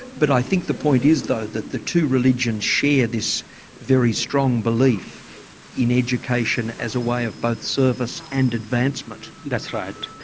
but i think the point is though that the two religions share this very strong belief in education as a way of both service and advancement. that's right.